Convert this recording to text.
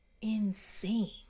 insane